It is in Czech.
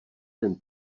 ten